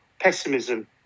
pessimism